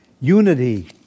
unity